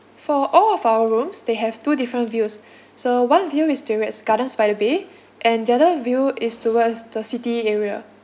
for all of our rooms they have two different views so one view is gardens by the bay and the other view is towards the city area